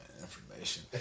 information